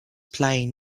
playing